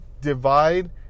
divide